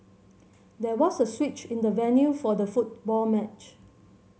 there was a switch in the venue for the football match